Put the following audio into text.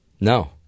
No